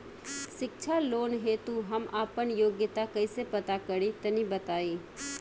शिक्षा लोन हेतु हम आपन योग्यता कइसे पता करि तनि बताई?